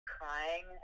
crying